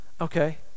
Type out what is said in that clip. okay